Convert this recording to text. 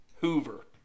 Hoover